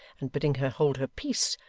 and bidding her hold her peace,